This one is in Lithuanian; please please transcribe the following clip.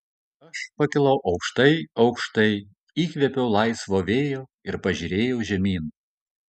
aš pakilau aukštai aukštai įkvėpiau laisvo vėjo ir pažiūrėjau žemyn